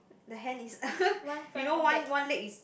the hand is you know one one leg is